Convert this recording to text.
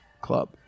club